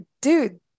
dude